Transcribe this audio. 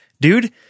Dude